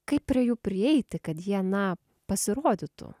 kaip prie jų prieiti kad jie na pasirodytų